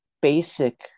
basic